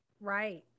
Right